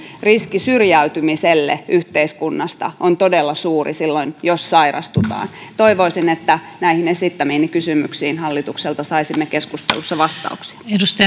riski syrjäytymiselle yhteiskunnasta on todella suuri silloin jos sairastutaan toivoisin että näihin esittämiini kysymyksiin hallitukselta saisimme keskustelussa vastauksia